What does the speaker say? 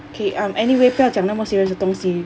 okay um anyway 不要讲那么 serious 的东西